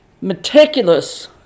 meticulous